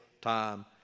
time